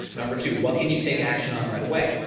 number two what can you take action on right away.